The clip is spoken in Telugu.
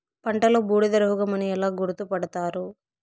పంటలో బూడిద రోగమని ఎలా గుర్తుపడతారు?